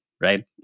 right